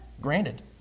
Granted